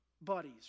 buddies